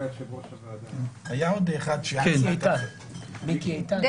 וכן מיקי איתן,